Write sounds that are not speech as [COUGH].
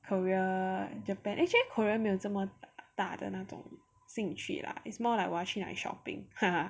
Korea Japan actually Korea 没有这么大的那种兴趣 lah it's more 我要去那里 shopping [NOISE]